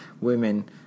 women